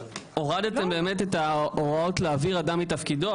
הורדתם באמת את ההוראות להעביר אדם מתפקידו,